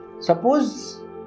Suppose